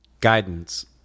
guidance